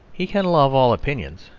he can love all opinions,